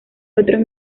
otros